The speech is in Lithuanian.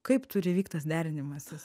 kaip turi vykt tas derinimasis